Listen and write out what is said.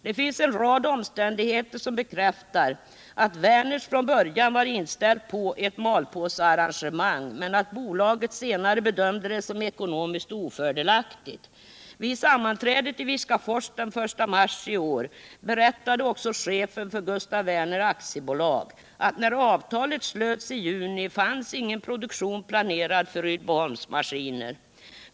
Det finns en rad omständigheter som bekräftar att Werners från början var inställt på ett malpåsearrangemang men att bolaget senare bedömde det som ekonomiskt ofördelaktigt. Vid sammanträdet i Viskafors den 1 mars i år berättade också chefen för Gustaf Werner AB att när avtalet slöts i juni fanns ingen produktion planerad för Rydboholms maskiner.